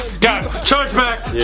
charge back.